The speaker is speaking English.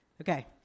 Okay